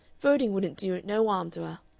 voting wouldn't do no arm to er.